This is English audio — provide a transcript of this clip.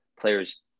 players